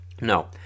No